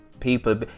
People